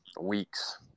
weeks